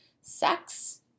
sex